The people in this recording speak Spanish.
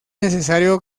necesario